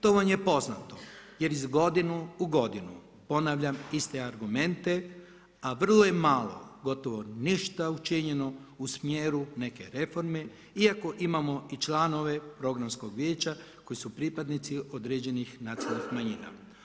To vam je poznato jer iz godine u godinu ponavljam iste argumente, a vrlo je malo, gotovo ništa učinjeno u smjeru neke reforme iako imamo i članove programskog vijeća koji su pripadnici određenih nacionalnih manjina.